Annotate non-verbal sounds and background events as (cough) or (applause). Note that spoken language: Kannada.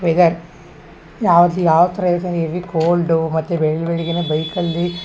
ವೆದರ್ ಯಾವ್ದು ಯಾವ ಥರ (unintelligible) ಎವಿ ಕೋಲ್ಡು ಮತ್ತು ಬೆಳ್ ಬೆಳ್ಗೆಯೇ ಬೈಕಲ್ಲಿ